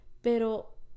pero